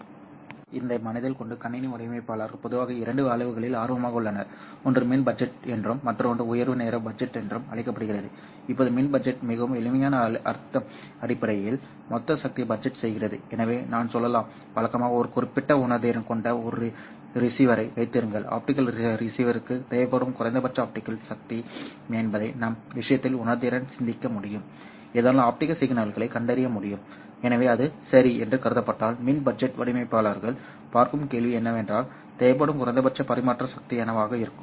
எனவே இதை மனதில் கொண்டு கணினி வடிவமைப்பாளர்கள் பொதுவாக இரண்டு அளவுகளில் ஆர்வமாக உள்ளனர் ஒன்று மின் பட்ஜெட் என்றும் மற்றொன்று உயர்வு நேர பட்ஜெட் என்றும் அழைக்கப்படுகிறது இப்போது மின் பட்ஜெட் மிகவும் எளிமையான அர்த்தம் அடிப்படையில் மொத்த சக்தியை பட்ஜெட் செய்கிறது எனவே நான் சொல்லலாம் வழக்கமாக ஒரு குறிப்பிட்ட உணர்திறன் கொண்ட ஒரு ரிசீவரை வைத்திருங்கள் ஆப்டிகல் ரிசீவருக்கு தேவைப்படும் குறைந்தபட்ச ஆப்டிகல் சக்தி என்ன என்பதை நம் விஷயத்தில் உணர்திறன் சிந்திக்க முடியும் இதனால் ஆப்டிகல் சிக்னல்களைக் கண்டறிய முடியும் எனவே அது சரி என்று கருதப்பட்டால் மின் பட்ஜெட் வடிவமைப்பாளர்கள் பார்க்கும் கேள்வி என்னவென்றால் தேவைப்படும் குறைந்தபட்ச பரிமாற்ற சக்தி என்னவாக இருக்கும்